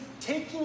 taking